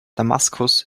damaskus